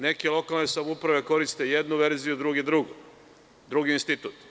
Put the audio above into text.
Neke lokalne samouprave koriste jednu verziju, druge drugu, drugi institut.